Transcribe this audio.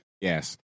Yes